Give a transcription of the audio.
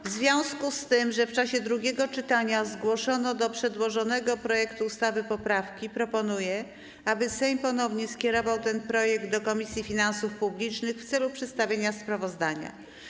W związku z tym, że w czasie drugiego czytania zgłoszono do przedłożonego projektu ustawy poprawki, proponuję, aby Sejm ponownie skierował ten projekt do Komisji Finansów Publicznych w celu przedstawienia sprawozdania.